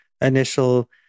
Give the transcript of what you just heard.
initial